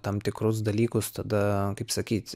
tam tikrus dalykus tada kaip sakyt